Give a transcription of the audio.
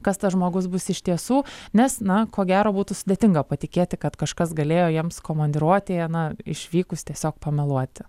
kas tas žmogus bus iš tiesų nes na ko gero būtų sudėtinga patikėti kad kažkas galėjo jiems komandiruotėje na išvykus tiesiog pameluoti